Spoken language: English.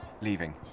leaving